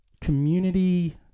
Community